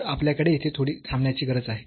तर आपल्याला इथे थोडी थांबण्याची गरज आहे का